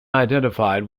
identified